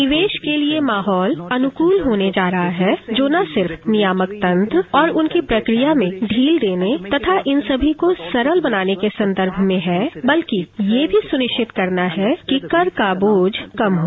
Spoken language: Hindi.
निवेश के लिए माहौल अनुकूल होने जा रहा है जो न सिर्फ नियामक तंत्र और उनकी प्रक्रिया में ढील देने तथा इन सभी को सरल बनाने के संदर्भ में है बल्कि यह भी सुनिश्चित करना है कि कर का बोझ कम हो